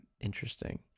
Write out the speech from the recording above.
Interesting